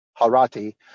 Harati